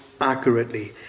accurately